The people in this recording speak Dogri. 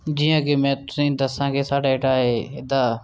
जि'यां कि में तुसें गी दस्सां की साढ़े जेह्ड़ा एह् एह्दा